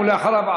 ואחריו,